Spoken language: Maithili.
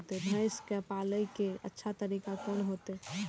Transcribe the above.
भैंस के पाले के अच्छा तरीका कोन होते?